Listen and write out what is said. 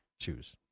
choose